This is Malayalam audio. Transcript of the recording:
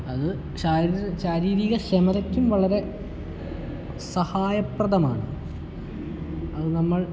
അത് ശാരീരിക ക്ഷമതക്കും വളരെ സഹായപ്രദമാണ് അത് നമ്മൾ